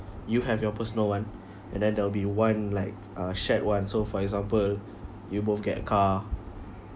you have your personal one and then there'll be one like shared one so for example you both get a car